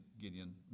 Gideon